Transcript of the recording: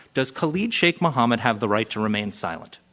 does khalid sheikh mohammed have the right to remain silent?